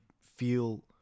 feel